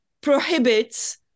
prohibits